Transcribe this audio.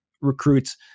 recruits